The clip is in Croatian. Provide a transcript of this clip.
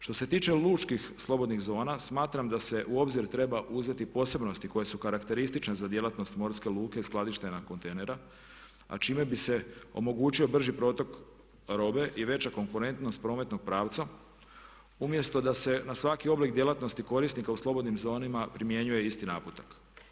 Što se tiče lučkih slobodnih zona smatram da se u obzir treba uzeti posebnosti koje su karakteristične za djelatnost morske luke skladištenja kontejnera a čime bi se omogućio brži protok robe i veća konkurentnost prometnog pravca umjesto da se na svaki oblik djelatnosti korisnika u slobodnim zonama primjenjuje isti naputak.